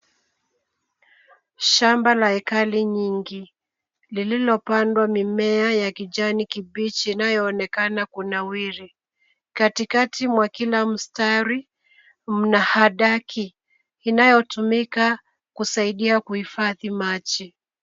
Shamba la hekali nyingi lililopandwa mimea ya kijani kibichi inayoonekana kunawiri. Katikati mwa kila mstari mna hadaki inayotumika kusaidia kuhifadhi maji.